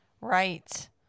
Right